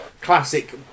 classic